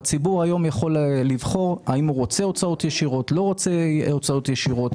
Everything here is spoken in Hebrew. והציבור יכול לבחור האם הוא רוצה או לא רוצה הוצאות ישירות,